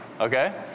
okay